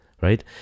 right